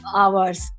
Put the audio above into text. hours